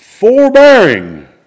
Forbearing